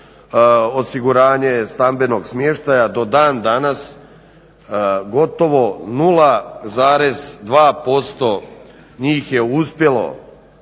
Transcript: osiguranje stambenog smještaja do dan danas gotovo 0,2% njih je uspjelo